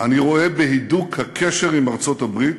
אני רואה בהידוק הקשר עם ארצות-הברית